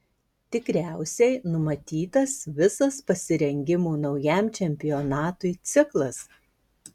tikriausiai numatytas visas pasirengimo naujam čempionatui ciklas